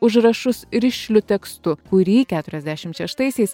užrašus rišliu tekstu kurį keturiasdešim šeštaisiais